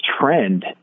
trend